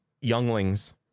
younglings